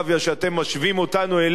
שאתם משווים אותנו אליה,